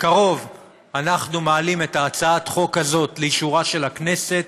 בקרוב אנחנו מעלים את הצעת החוק הזאת לאישורה של הכנסת.